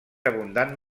abundant